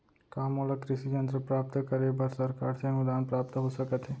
का मोला कृषि यंत्र प्राप्त करे बर सरकार से अनुदान प्राप्त हो सकत हे?